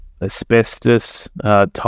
asbestos-type